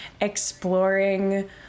exploring